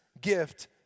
gift